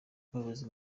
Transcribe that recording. umuyobozi